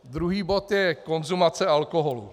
Druhý bod je konzumace alkoholu.